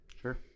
Sure